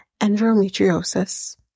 endometriosis